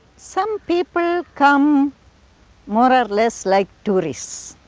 some people come more or less like tourists.